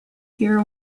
here